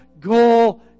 goal